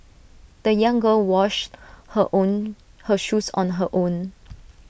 the young girl washed her own her shoes on her own